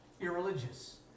irreligious